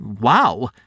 Wow